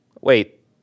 Wait